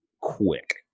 quick